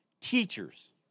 teachers